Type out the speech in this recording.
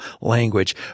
language